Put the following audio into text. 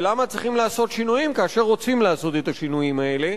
ולמה צריכים לעשות שינויים כאשר רוצים לעשות את השינויים האלה.